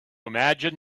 imagine